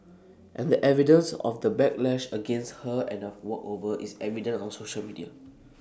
and the evidence of the backlash against her and of walkover is evident on social media